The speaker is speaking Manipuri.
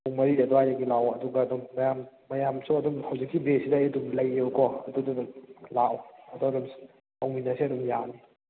ꯄꯨꯡ ꯃꯔꯤ ꯑꯗꯨꯋꯥꯏꯗꯒꯤ ꯂꯥꯛꯀꯣ ꯑꯗꯨꯒ ꯑꯗꯨꯝ ꯃꯌꯥꯝ ꯃꯌꯥꯝꯁꯨ ꯑꯗꯨꯝ ꯍꯧꯖꯤꯛꯀꯤ ꯕꯦꯠꯁꯁꯤꯗ ꯑꯩ ꯑꯗꯨꯝ ꯂꯩꯌꯦꯕꯀꯣ ꯑꯗꯨꯗꯨꯅ ꯑꯗꯨꯝ ꯂꯥꯛꯑꯣ ꯇꯧꯃꯤꯟꯅꯁꯦ ꯑꯗꯨꯝ ꯌꯥꯅꯤ